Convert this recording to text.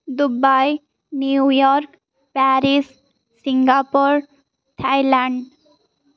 Dubai New York Paris Singapore Thailand